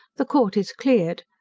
the court is cleared,